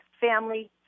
family